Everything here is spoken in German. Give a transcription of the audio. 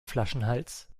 flaschenhals